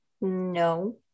No